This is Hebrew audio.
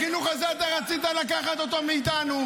על החינוך הזה, אתה רצית לקחתם אותו מאיתנו,